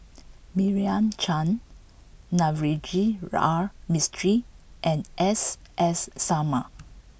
Meira Chand Navroji R Mistri and S S Sarma